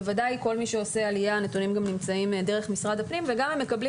בוודאי לגבי כל מי שעושה עלייה דרך משרד הפנים וגם הם מקבלים